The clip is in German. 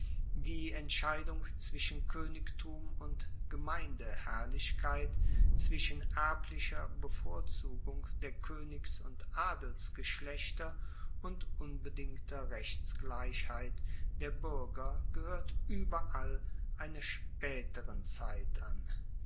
die entscheidung zwischen koenigtum und gemeindeherrlichkeit zwischen erblicher bevorzugung der koenigs und adelsgeschlechter und unbedingter rechtsgleichheit der buerger gehoert ueberall einer spaeteren zeit an